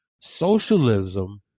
Socialism